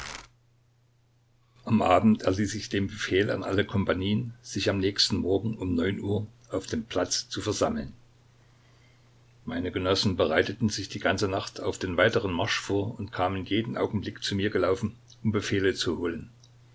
am abend erließ ich den befehl an alle kompanien sich am nächsten morgen um neun uhr auf dem platze zu versammeln meine genossen bereiteten sich die ganze nacht auf den weiteren marsch vor und kamen jeden augenblick zu mir gelaufen um befehle zu holen